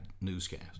newscast